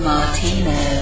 Martino